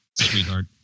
sweetheart